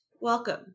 Welcome